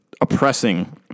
oppressing